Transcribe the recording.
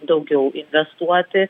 daugiau investuoti